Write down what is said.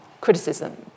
criticism